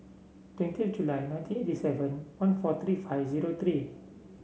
twenty July nineteen eighty seven one four three five zero three